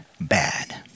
bad